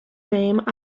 named